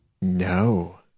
No